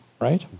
right